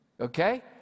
Okay